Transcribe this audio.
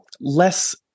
less